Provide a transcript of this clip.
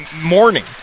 morning